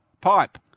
pipe